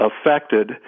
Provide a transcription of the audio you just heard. affected